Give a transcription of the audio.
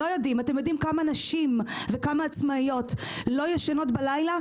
אתם יודעים כמה נשים וכמה עצמאיות לא ישנות בלילה,